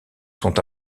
sont